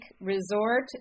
resort